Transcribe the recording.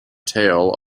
tail